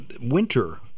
winter